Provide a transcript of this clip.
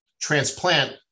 transplant